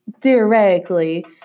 theoretically